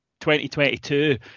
2022